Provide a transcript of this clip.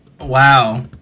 wow